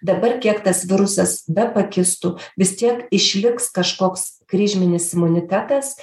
dabar kiek tas virusas bepakistų vis tiek išliks kažkoks kryžminis imunitetas